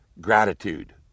gratitude